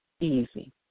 easy